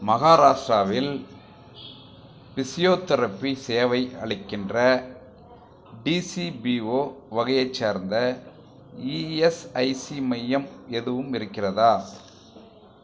மகாராஷ்டிராவில் ஃபிசியோதெரபி சேவை அளிக்கின்ற டிசிபிஓ வகையைச் சேர்ந்த இஎஸ்ஐசி மையம் எதுவும் இருக்கிறதா